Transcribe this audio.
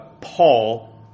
Paul